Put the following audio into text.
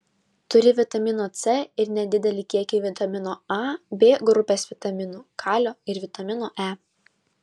turi vitamino c ir nedidelį kiekį vitamino a b grupės vitaminų kalio ir vitamino e